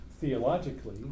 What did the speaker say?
theologically